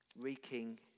wreaking